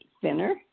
thinner